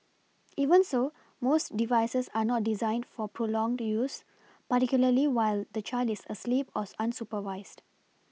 even so most devices are not designed for prolonged use particularly while the child is asleep or unsupervised